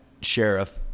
sheriff